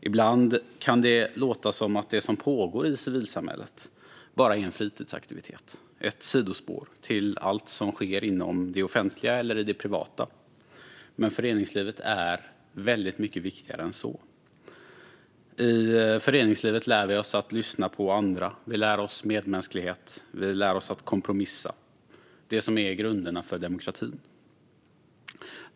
Ibland kan det låta som att det som pågår i civilsamhället bara är en fritidsaktivitet - ett sidospår till allt som sker inom det offentliga eller i det privata - men föreningslivet är väldigt mycket viktigare än så. I föreningslivet lär vi oss att lyssna på andra. Vi lär oss medmänsklighet, och vi lär oss att kompromissa. Vi lär oss det som är grunderna för demokratin.